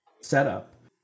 setup